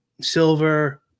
Silver